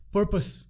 Purpose